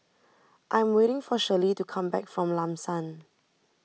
I'm waiting for Shirley to come back from Lam San